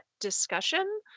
discussion